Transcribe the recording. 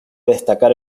destacar